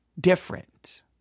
different